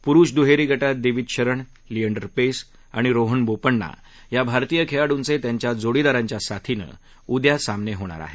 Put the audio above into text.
पुरुष दुहेरी गटात दिविज शरण लिएंडर पेस आणि रोहन बोपण्णा या भारतीय खेळाडूंचे त्यांच्या जोडीदारांच्या साथीनं उद्या सामने होणार आहेत